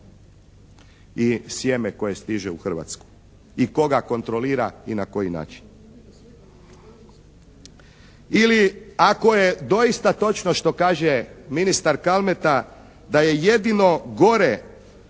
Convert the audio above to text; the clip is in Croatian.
i sjeme koje stiže u Hrvatsku, i tko ga kontrolira i na koji način. Ili ako je doista točno što kaže ministar Kalmeta da je jedino gore